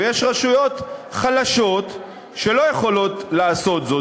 ויש רשויות חלשות שלא יכולות לעשות זאת.